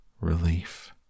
relief